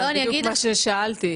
כמו שהיא תופיע בתוספת?